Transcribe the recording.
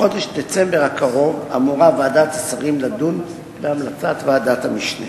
בחודש דצמבר הקרוב אמורה ועדת השרים לדון בהמלצת ועדת המשנה.